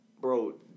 Bro